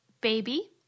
baby